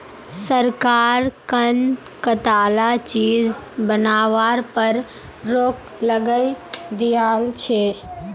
सरकार कं कताला चीज बनावार पर रोक लगइं दिया छे